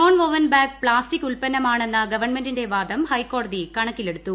non woven bag plastic ഉത്പന്നമാണെന്ന ഗവൺമെന്റിന്റെ വാദം ഹൈക്കോടതി കണക്കിലെടുത്തു